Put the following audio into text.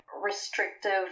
restrictive